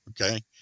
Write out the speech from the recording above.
Okay